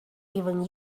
even